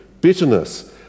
bitterness